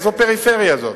איזו פריפריה זאת?